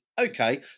Okay